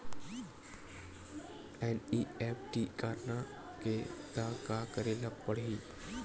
NEFT करना हे त का करे ल पड़हि?